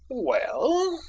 well?